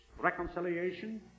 reconciliation